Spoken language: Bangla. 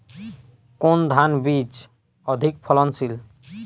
কোন ধান বীজ অধিক ফলনশীল?